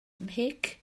mhic